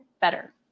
better